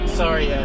sorry